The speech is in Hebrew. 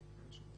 הבקשה.